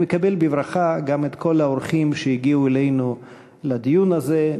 אני מקבל בברכה גם את כל האורחים שהגיעו אלינו לדיון הזה,